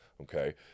Okay